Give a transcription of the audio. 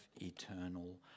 eternal